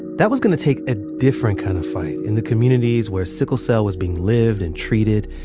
that was going to take a different kind of fight in the communities where sickle cell was being lived and treated.